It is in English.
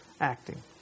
acting